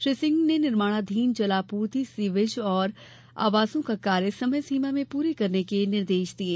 श्री सिंह ने निर्माणाधीन जल आपूर्ति सीवेज और आवासों का कार्य समय सीमा में पूरे करने के निर्देश दिये